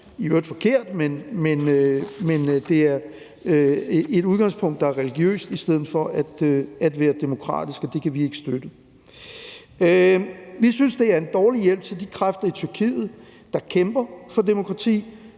i øvrigt forkert, men det er et udgangspunkt, der er religiøst i stedet for at være demokratisk, og det kan vi ikke støtte. Vi synes, det er en dårlig hjælp til de kræfter i Tyrkiet, der kæmper for demokrati.